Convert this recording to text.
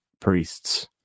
priests